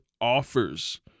Offers